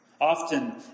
Often